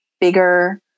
bigger